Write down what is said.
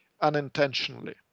unintentionally